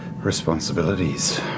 responsibilities